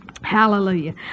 Hallelujah